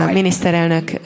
miniszterelnök